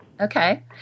Okay